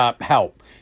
help